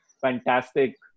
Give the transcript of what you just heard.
fantastic